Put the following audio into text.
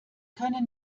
können